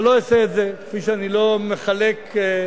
אבל לא אעשה את זה, כפי שאני לא מחלק ציונים,